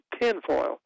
tinfoil